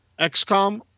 XCOM